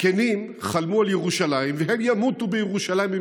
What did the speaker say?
הזקנים חלמו על ירושלים, והם ימותו בירושלים.